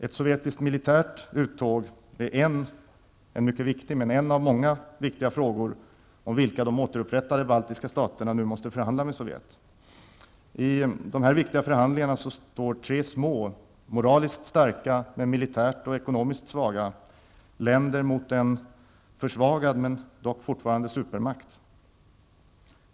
Ett sovjetiskt militärt uttåg är en av många viktiga frågor som de återupprättade baltiska staterna nu måste förhandla med Sovjet om. I dessa viktiga förhandlingar står tre små länder -- moraliskt starka men militärt och ekonomiskt svaga -- mot en försvagad men dock fortfarande supermakt.